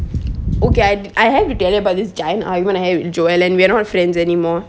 okay I have to tell you about this giant I have with joel and we're not friends anymore